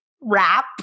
wrap